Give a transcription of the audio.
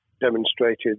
demonstrated